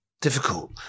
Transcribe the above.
Difficult